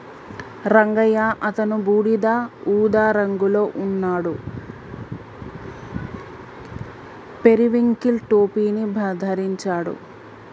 రంగయ్య అతను బూడిద ఊదా రంగులో ఉన్నాడు, పెరివింకిల్ టోపీని ధరించాడు